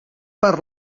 per